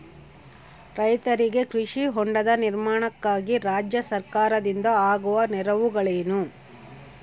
ರೈತರಿಗೆ ಕೃಷಿ ಹೊಂಡದ ನಿರ್ಮಾಣಕ್ಕಾಗಿ ರಾಜ್ಯ ಸರ್ಕಾರದಿಂದ ಆಗುವ ನೆರವುಗಳೇನು?